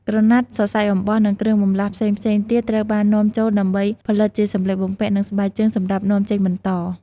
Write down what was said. ក្រណាត់ សរសៃអំបោះ និងគ្រឿងបន្លាស់ផ្សេងៗទៀតត្រូវបាននាំចូលដើម្បីផលិតជាសម្លៀកបំពាក់ និងស្បែកជើងសម្រាប់នាំចេញបន្ត។